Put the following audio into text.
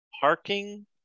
Parking